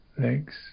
legs